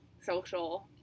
social-